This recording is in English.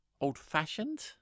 old-fashioned